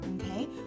okay